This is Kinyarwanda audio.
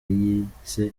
yise